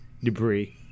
Debris